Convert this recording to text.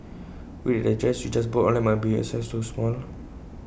worried that the dress you just bought online might be A size too small